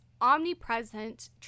omnipresent